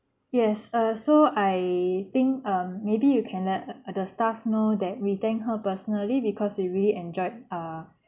yes uh so I think um maybe you can let uh the staff know that we thank her personally because we really enjoyed uh